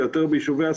יותר ביישובי הספר,